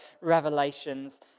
revelations